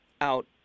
out